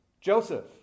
Joseph